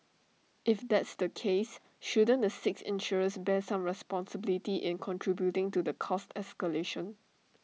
if that's the case shouldn't the six insurers bear some responsibility in contributing to the cost escalation